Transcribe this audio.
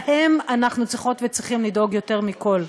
להם אנחנו צריכות וצריכים לדאוג יותר מכול,